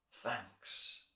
Thanks